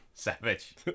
savage